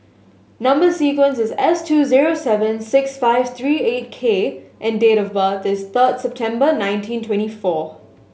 number sequence is S two zero seven six five three eight K and date of birth is third September nineteen twenty four